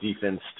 defense